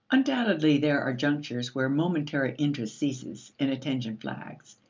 undoubtedly there are junctures where momentary interest ceases and attention flags,